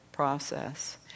process